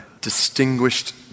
distinguished